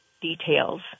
details